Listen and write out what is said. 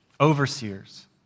overseers